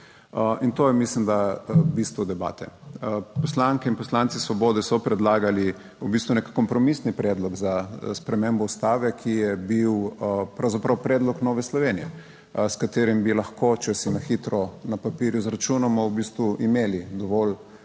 In to je, mislim da bistvo debate. Poslanke in poslanci Svobode so predlagali v bistvu nek kompromisni predlog za spremembo Ustave, ki je bil pravzaprav predlog Nove Slovenije, s katerim bi lahko, če si na hitro na papirju izračunamo, v bistvu imeli dovolj